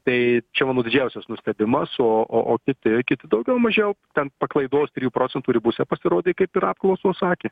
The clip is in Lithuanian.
tai čia mano didžiausias nustebimas o o o kiti kiti daugiau mažiau ten paklaidos trijų procentų ribose pasirodė kaip ir apklausos sakė